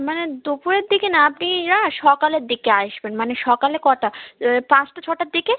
মানে দুপুরের দিকে না আপনি না সকালের দিকে আসবেন মানে সকালে কটা পাঁচটা ছটার দিকে